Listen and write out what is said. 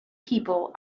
people